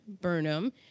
Burnham